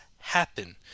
happen